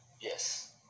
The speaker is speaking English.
yes